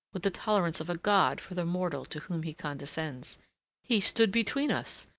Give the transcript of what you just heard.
with the tolerance of a god for the mortal to whom he condescends he stood between us.